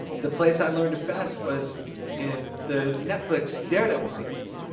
the place i learned it best was in the netflix daredevil series.